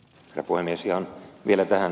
ihan vielä tähän